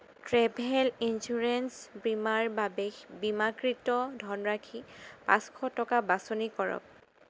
travel insurance বীমাৰ বাবে বীমাকৃত ধনৰাশি পাঁচশ টকা বাছনি কৰক